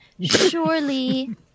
Surely